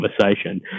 conversation